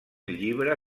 llibre